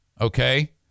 Okay